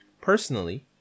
Personally